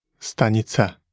Stanice